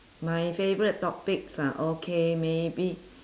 my favourite topics ah okay maybe